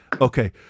okay